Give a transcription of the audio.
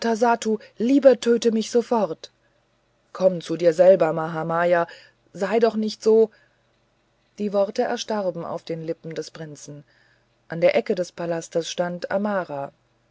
lieber töte mich sofort komm zu dir selber mahamaya sei doch nicht so die worte erstarben auf den lippen des prinzen an der ecke des palastes stand amara